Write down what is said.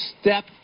step